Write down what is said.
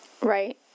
Right